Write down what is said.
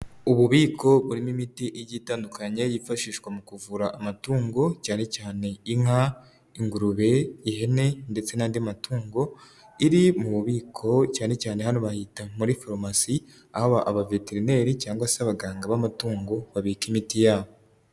Ububiko burimo imiti igiye itandukanye. Yifashishwa mu kuvura amatungo cyane cyane inka, ingurube, ihene ndetse n'andi matungo. Iri mu bubiko cyane cyane hano bahita muri farumasi. Aho abaveterineri cyangwa se abaganga b'amatungo babika imiti yabo.